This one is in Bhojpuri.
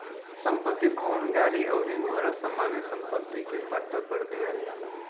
संपत्ति, भवन, गाड़ी अउरी घोड़ा सामान्य सम्पत्ति के पट्टा पर दीहल जाला